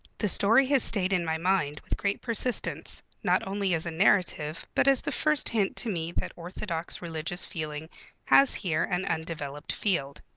the story has stayed in my mind with great persistence, not only as a narrative, but as the first hint to me that orthodox religious feeling has here an undeveloped field.